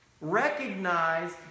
Recognize